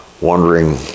wondering